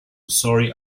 sorry